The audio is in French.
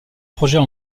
projets